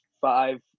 five